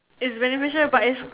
is beneficial but is